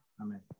Amen